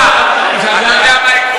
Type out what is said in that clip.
לילדים שלי אני אומר מה ללמוד.